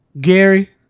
Gary